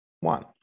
One